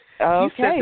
Okay